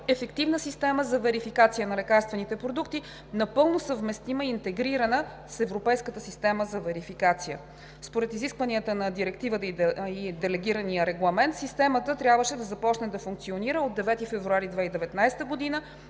ефективна система за верификация на лекарствените продукти, напълно съвместима и интегрирана с Европейската система за верификация. Според изискванията на Директивата и Делегирания регламент системата трябваше да започне да функционира от 9 февруари 2019 г. за